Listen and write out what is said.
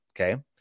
Okay